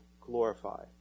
glorify